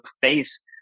face